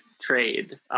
trade